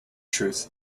truth